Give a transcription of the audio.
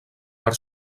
per